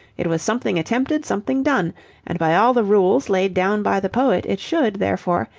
it was something attempted, something done and by all the rules laid down by the poet it should, therefore,